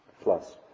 Plus